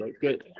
good